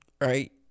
right